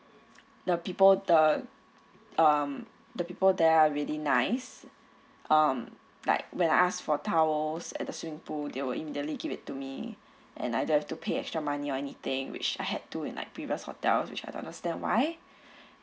the people the um the people there are really nice um like when I asked for towels at the swimming pool there will immediately give it to me and I don't have to pay extra money or anything which I had to like in previous hotels which I don't understand why